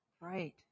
right